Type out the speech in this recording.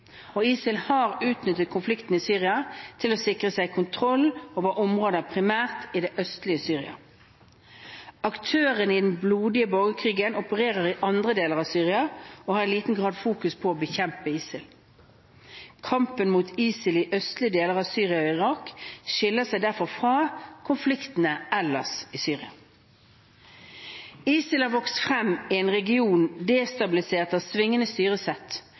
som ISIL, og ISIL har utnyttet konflikten i Syria til å sikre seg kontroll over områder primært i det østlige Syria. Aktørene i den blodige borgerkrigen opererer i andre deler av Syria og har i liten grad fokus på å bekjempe ISIL. Kampen mot ISIL i østlige deler av Syria og i Irak skiller seg derfor fra konfliktene ellers i Syria. ISIL har vokst frem i en region destabilisert av sviktende styresett, politisk undertrykking og